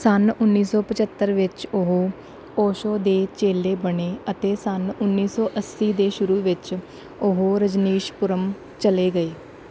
ਸੰਨ ਉੱਨੀ ਸੌ ਪੰਝੱਤਰ ਵਿੱਚ ਉਹ ਓਸ਼ੋ ਦੇ ਚੇਲੇ ਬਣੇ ਅਤੇ ਸੰਨ ਉੱਨੀ ਸੌ ਅੱਸੀ ਦੇ ਸ਼ੁਰੂ ਵਿੱਚ ਉਹ ਰਜਨੀਸ਼ਪੁਰਮ ਚਲੇ ਗਏ